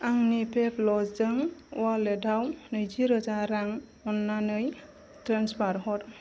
आंनि पेप'लजों वालेटाव नैजि रोजा रां अननानै ट्रेन्सफार हर